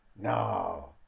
No